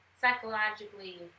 psychologically